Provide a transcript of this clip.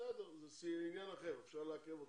בסדר זה עניין אחר ואפשר לעכב אותו,